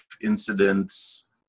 incidents